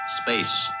Space